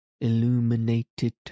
illuminated